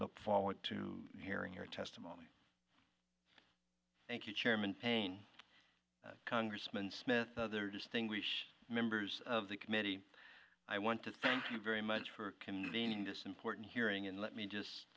look forward to hearing your testimony thank you chairman payne congressman smith other distinguished members of the committee i want to thank you very much for convening this important hearing and let me just